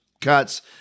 cuts